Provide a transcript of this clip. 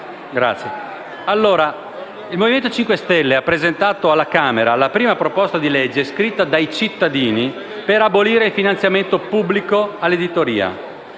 il Movimento 5 Stelle ha presentato alla Camera la prima proposta di disegno scritta dai cittadini per abolire il finanziamento pubblico all'editoria.